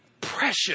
precious